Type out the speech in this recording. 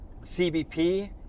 CBP